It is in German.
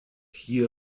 hier